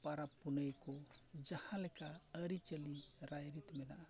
ᱯᱚᱨᱚᱵᱽ ᱯᱩᱱᱟᱹᱭ ᱠᱚ ᱡᱟᱦᱟᱸ ᱞᱮᱠᱟ ᱟᱹᱨᱤᱪᱟᱹᱞᱤ ᱨᱟᱭᱨᱤᱛ ᱢᱮᱱᱟᱜᱼᱟ